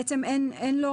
אין לו